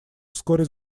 вскоре